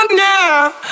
now